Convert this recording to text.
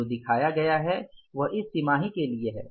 जो दिखाया गया है वह इस तिमाही के लिए है